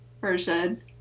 version